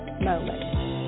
moment